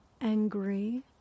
angry